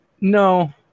No